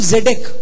Zedek